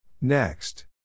Next